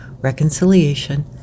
reconciliation